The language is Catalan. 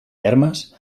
hermes